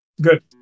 good